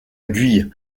guye